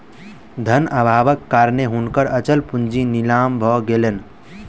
धन अभावक कारणेँ हुनकर अचल पूंजी नीलाम भ गेलैन